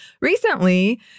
recently